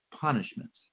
punishments